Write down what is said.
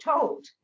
told